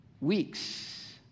weeks